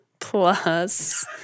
plus